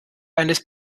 eines